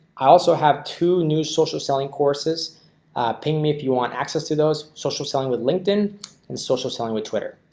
i also have two new social selling courses ping me if you want access to those social selling with linkedin and social selling we twitter.